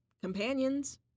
companions